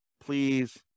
please